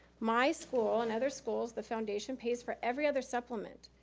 my school and other schools, the foundation, pays for every other supplement.